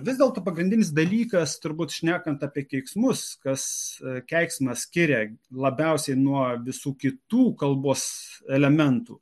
vis dėlto pagrindinis dalykas turbūt šnekant apie keiksmus kas keiksmą skiria labiausiai nuo visų kitų kalbos elementų